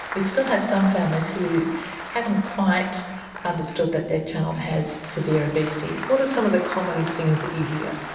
we still have some families who haven't quite understood that their child has severe obesity. what are some of the common things that you hear?